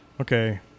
Okay